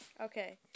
Okay